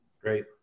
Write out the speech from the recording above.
great